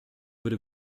würde